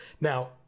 Now